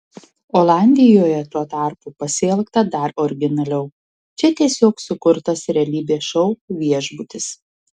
olandijoje tuo tarpu pasielgta dar originaliau čia tiesiog sukurtas realybės šou viešbutis